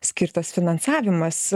skirtas finansavimas